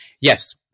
yes